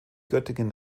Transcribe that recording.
göttingen